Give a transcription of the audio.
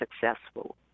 successful